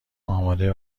آماده